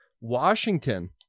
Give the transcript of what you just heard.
Washington